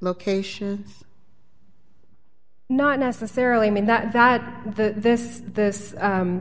location not necessarily mean that that the this this